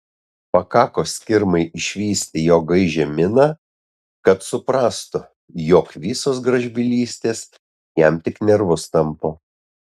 pakako skirmai išvysti jo gaižią miną kad suprastų jog visos gražbylystės jam tik nervus tampo